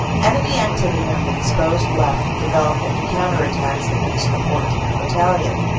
enemy activity on the exposed left developed into counter-attacks against the fourteenth. battalion,